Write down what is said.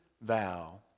thou